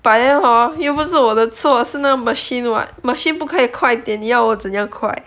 but then hor 又不是我的错是那个 machine [what] machine 不可以快一点你要我怎样快